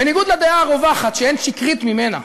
בניגוד לדעה הרווחת, שאין שקרית ממנה,